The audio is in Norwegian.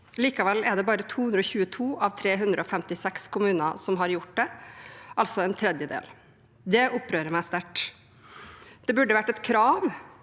Likevel er det bare 222 av 356 kommuner som har gjort det, altså en tredjedel. Det opprører meg sterkt. Det burde vært et krav